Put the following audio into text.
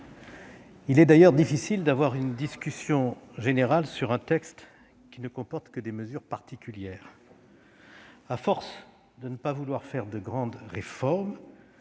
Il est d'ailleurs difficile d'avoir une discussion générale sur un texte ne comportant que des mesures particulières ; à force de ne pas vouloir de grande réforme,